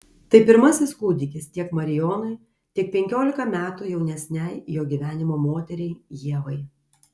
tai pirmasis kūdikis tiek marijonui tiek penkiolika metų jaunesnei jo gyvenimo moteriai ievai